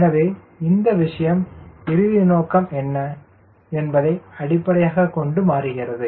எனவே இந்த விஷயம் இறுதி நோக்கம் என்ன என்பதை அடிப்படையாகக் கொண்டு மாறுகிறது